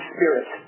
Spirit